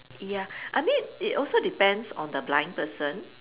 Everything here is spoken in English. ya I mean it also depends on the blind person